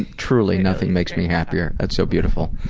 truly, nothing makes me happier. that's so beautiful.